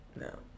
No